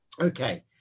Okay